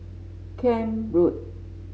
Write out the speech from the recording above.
Camp Road